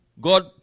God